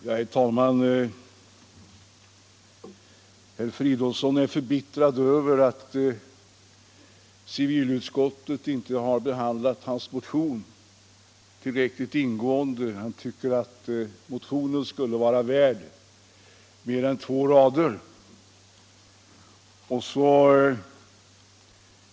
Herr talman! Herr Fridolfsson är förbittrad över att civilutskottet inte har behandlat hans motion tillräckligt ingående. Han tycker att motionen skulle vara värd mer än två rader.